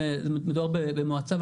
מדובר במועצה,